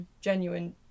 genuine